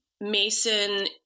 Mason